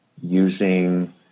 using